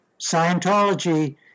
Scientology